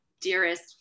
dearest